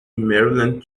maryland